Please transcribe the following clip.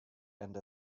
and